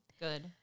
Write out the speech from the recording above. Good